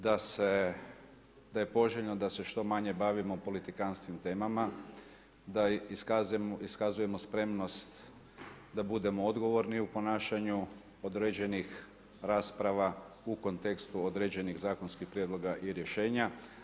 Da se, da je poželjno da se što manje bavimo politikanskim temama, da iskazujemo spremnost da budemo odgovorni u ponašanju, određenih rasprava u kontekstu određenih zakonskih prijedloga i rješenja.